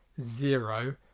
zero